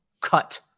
cut